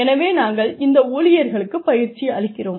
எனவே நாங்கள் இந்த ஊழியர்களுக்குப் பயிற்சி அளிக்கிறோம்